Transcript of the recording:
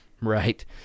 right